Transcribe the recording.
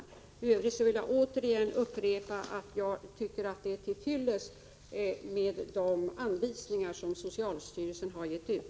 I övrigt vill jag upprepa att jag tycker att det är till fyllest med de anvisningar som socialstyrelsen har gett ut.